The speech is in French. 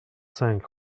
cinq